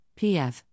PF